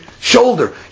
shoulder